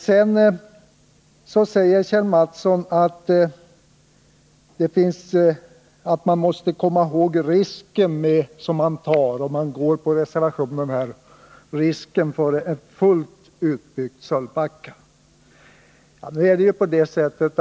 Sedan sade Kjell Mattsson att man måste beakta den risk man tar, om man följer reservationens linje — risken för en full utbyggnad av Sölvbackaströmmarna.